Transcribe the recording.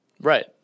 Right